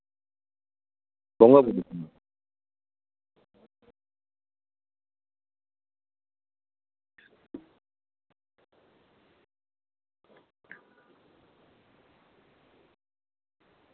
ᱵᱚᱸᱜᱟ ᱵᱩᱨᱩ ᱥᱟᱢᱟᱭ